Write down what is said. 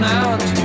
out